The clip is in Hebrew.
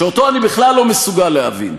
שאותו אני בכלל לא מסוגל להבין.